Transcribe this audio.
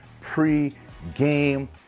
pre-game